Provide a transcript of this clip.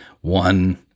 one